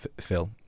phil